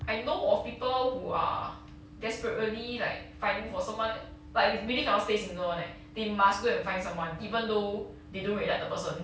I know of people who are desperately like finding for someone like really cannot stay single [one] leh they must go and find someone even though they don't really like the person